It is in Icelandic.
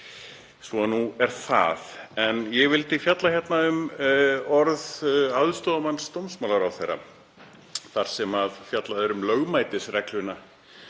Þannig er það. En ég vildi fjalla hérna um orð aðstoðarmanns dómsmálaráðherra þar sem fjallað er um lögmætisregluna,